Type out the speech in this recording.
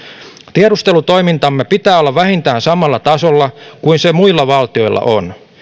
tiedustelutoimintamme pitää olla vähintään samalla tasolla kuin se muilla valtioilla on